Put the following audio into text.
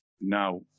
Now